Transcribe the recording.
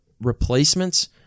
replacements